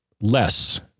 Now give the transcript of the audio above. less